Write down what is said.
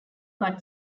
but